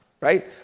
right